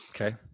Okay